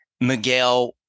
Miguel